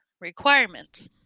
requirements